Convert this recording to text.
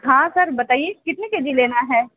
हाँ सर बताइए कितने के जी लेना है